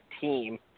team